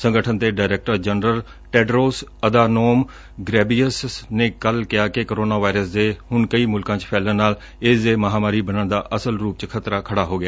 ਸੰਗਠਨ ਦੇ director general Tedros Adhanom ਗੈਬਿਸਸ ਨੇ ਕੱਲੁ ਕਿਹਾ ਕਿ ਕੋਰੋਨਾ ਵਾਇਰਸ ਦੇ ਹੁਣ ਕਈ ਮੁਲਕਾਂ ਚ ਫੈਲਣ ਨਾਲ ਇਸ ਦੇ ਮਹਾਮਾਰੀ ਬਣਨ ਦਾ ਅਸਲ ਰੁਪ ਚ ਖਤਰਾ ਖੜਾ ਹੋ ਗਿਆ